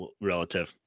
relative